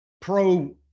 pro